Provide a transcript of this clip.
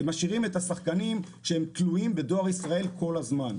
השחקנים כשהם תלויים בדואר ישראל כל הזמן.